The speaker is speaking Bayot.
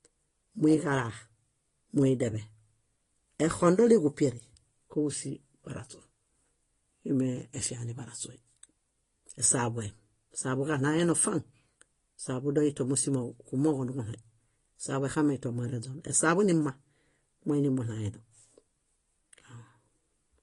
Muiġalaa, muideḃe, exondoli ġupieri kóġusi baraśu. Íi mee- efia nibaraśui. Esaaḃue, esaaḃu ġaɭãyeno faŋ, esaaḃu dointo músimo kumooġo niġuɭaĩ. Esaaḃu exameinto moreźon, esaaḃu nima, muini muɭãyeno.